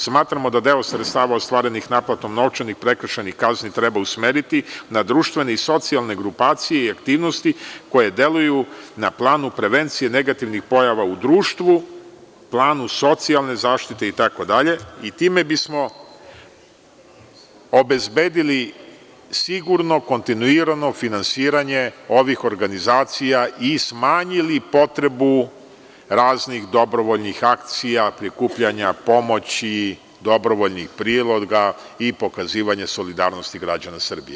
Smatramo da deo sredstava ostvarenih naplatom novčanih prekršajnih kazni treba usmeriti na društvene i socijalne grupacije i aktivnosti koje deluju na planu prevencije negativnih pojava u društvu, planu socijalne zaštite itd. i time bismo obezbedili sigurno kontinuirano finansiranje ovih organizacija i smanjili potrebu raznih dobrovoljnih akcija prikupljanja pomoći i dobrovoljnih priloga i pokazivanja solidarnosti građana Srbije.